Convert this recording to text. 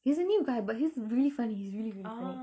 he's a new guy but he's really funny he's really really funny